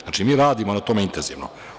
Znači, mi radimo na tome intenzivno.